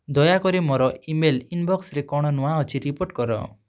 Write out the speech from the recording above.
ଦୟାକରି ମୋର ଇମେଲ ଇନବକ୍ସରେ କ'ଣ ନୂଆ ଅଛି ରିପୋର୍ଟ କର